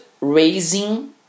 raising